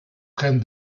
trent